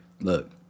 look